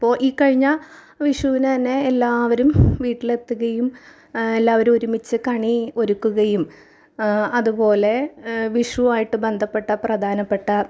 ഇപ്പോൾ ഈ കഴിഞ്ഞ വിഷുവിന് തന്നെ എല്ലാവരും വീട്ടിലെത്തുകയും എല്ലാവരും ഒരുമിച്ച് കണി ഒരുക്കുകയും അതുപോലെ വിഷുവുമായിട്ട് ബന്ധപ്പെട്ട പ്രധാനപ്പെട്ട